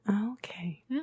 Okay